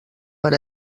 per